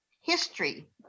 History